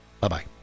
Bye-bye